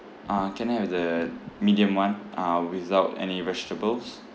uh can I have the medium one uh without any vegetables